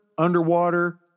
underwater